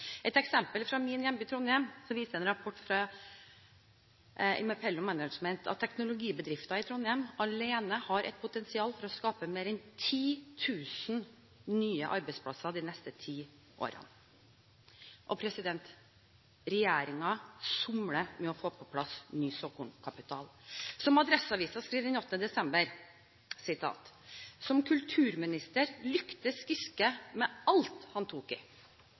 Et eksempel er fra min hjemby, Trondheim: En rapport fra Impello Management viser at teknologibedrifter i Trondheim alene har et potensial for å skape mer enn 10 000 nye arbeidsplasser de neste ti årene. Regjeringen somler med å få på plass ny såkornkapital. Som Adresseavisen skriver den 8. desember i år: «Som kulturminister lyktes Giske med «alt» han tok i.